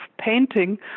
painting